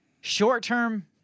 short-term